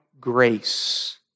grace